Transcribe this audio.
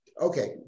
okay